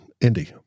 Indy